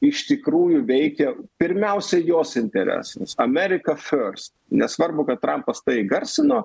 iš tikrųjų veikia pirmiausia jos interesus amerika first nesvarbu kad trampas tai įgarsino